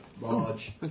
large